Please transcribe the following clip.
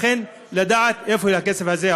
אכן לדעת איפה הכסף הזה,